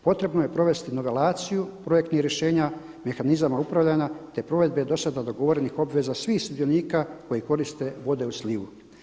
Potrebno je provesti novelaciju projektnih rješenja, mehanizama upravljanja, te provedbe do sada dogovorenih obveza svih sudionika koji koriste vode u slivu.